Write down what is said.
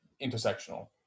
intersectional